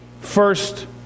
first